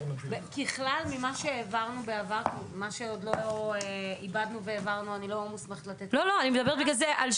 את מה שעוד לא עיבדנו והעברנו אני לא מוסמכת לתת לוועדה.